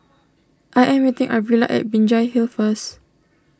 I am meeting Arvilla at Binjai Hill first